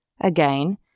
Again